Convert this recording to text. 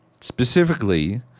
Specifically